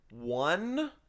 one